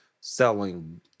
selling